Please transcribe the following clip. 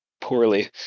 poorly